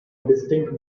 distinct